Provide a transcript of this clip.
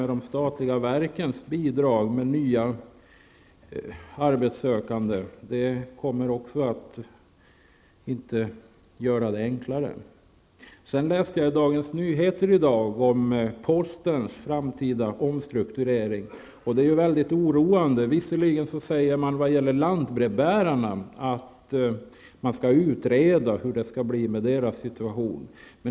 De statliga verkens bidrag av nya arbetssökande kommer inte att göra det enklare. Jag läste i Dagens Nyheter i dag om postens framtida omstrukturering. Det är oroande. Visserligen säger man att man skall utreda hur det skall bli med lantbrevbärarnas situation.